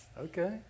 Okay